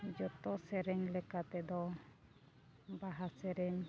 ᱡᱚᱛᱚ ᱥᱮᱨᱮᱧ ᱞᱮᱠᱟ ᱛᱮᱫᱚ ᱵᱟᱦᱟ ᱥᱮᱨᱮᱧ